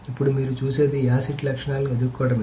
ఇప్పుడు మీరు చూసేది ACID లక్షణాలను ఎదుర్కోవడమే